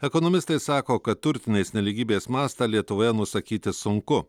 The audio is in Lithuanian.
ekonomistai sako kad turtinės nelygybės mastą lietuvoje nusakyti sunku